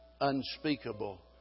unspeakable